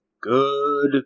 Good